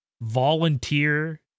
volunteer